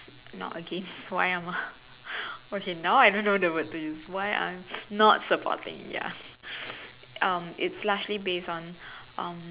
not against why I'm a okay now I don't know the word to use why I am not supporting ya um it's largely based on um